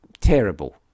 terrible